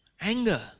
anger